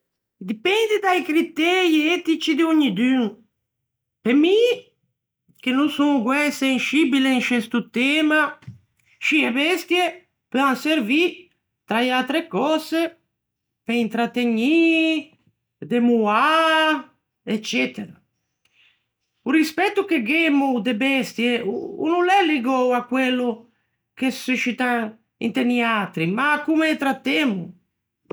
Dipende da-i critëi etici de ognidun. Pe mi, che no son guæi senscibile in sce sto tema, scì, e bestie peuan servî, tra e atre cöse, pe intrategnî, demoâ, eccetera. O rispetto che gh'emmo de bestie o no l'é ligou à quello che suscitan inte niatri, ma à comme ê trattemmo.